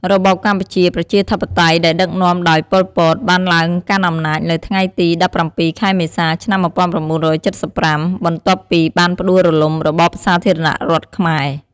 របបកម្ពុជាប្រជាធិបតេយ្យ ដែលដឹកនាំដោយ ប៉ុល ពត បានឡើងកាន់អំណាចនៅថ្ងៃទី១៧ ខែមេសា ឆ្នាំ១៩៧៥ បន្ទាប់ពីបានផ្ដួលរំលំរបបសាធារណរដ្ឋខ្មែរ។